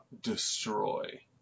destroy